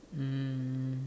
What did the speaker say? um